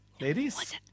ladies